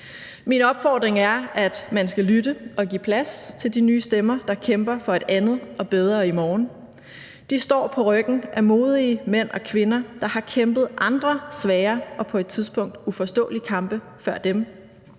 min opfordring er, at man skal lytte og give plads til de nye stemmer, der kæmper for et andet og bedre i morgen. De står på ryggen af modige mænd og kvinder, der har kæmpet andre svære og på et tidspunkt uforståelige kampe før dem.